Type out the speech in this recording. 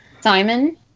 Simon